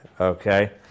Okay